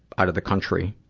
out of the country,